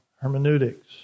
hermeneutics